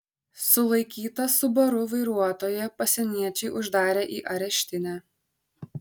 sulaikytą subaru vairuotoją pasieniečiai uždarė į areštinę